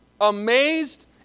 Amazed